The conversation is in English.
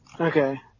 Okay